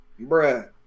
Bruh